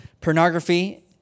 pornography